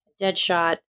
Deadshot